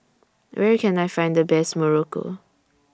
Where Can I Find The Best Muruku